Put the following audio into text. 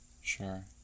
Sure